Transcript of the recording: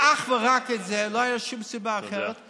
ואך ורק על זה, לא הייתה שום סיבה אחרת, תודה.